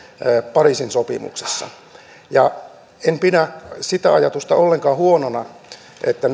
pariisin sopimuksessa en pidä sitä ajatusta ollenkaan huonona että